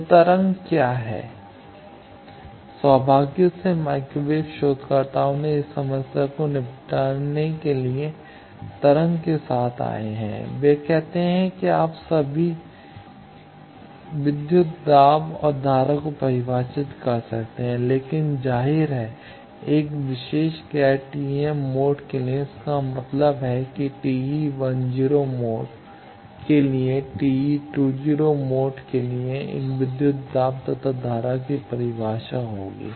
तो तरंग क्या है सौभाग्य से माइक्रोवेव शोधकर्ताओं ने इस समस्या से निपटने के लिए तरंग के साथ आए हैं वे कहते हैं कि आप अभी भी विद्युत दाब और धारा को परिभाषित कर सकते हैं लेकिन जाहिर है एक विशेष गैर TEM मोड के लिए इसका मतलब है कि TE10 मोड के लिए TE2 0 मोड के लिए एक विद्युत दाब तथा धारा की परिभाषा होगी